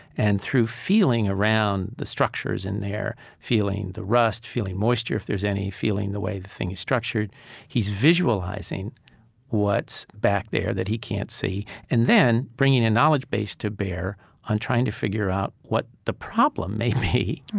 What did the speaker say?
and through feeling around the structures in there, feeling the rust, feeling moisture if there's any, feeling the way the thing is structured he's visualizing what's back there that he can't see and then bringing a knowledge base to bear on trying to figure out what the problem may be.